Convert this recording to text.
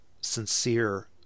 Sincere